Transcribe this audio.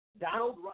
Donald –